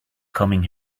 coming